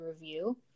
review